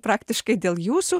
praktiškai dėl jūsų